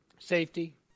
safety